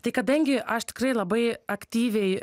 tai kadangi aš tikrai labai aktyviai